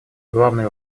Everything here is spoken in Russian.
главный